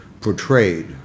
portrayed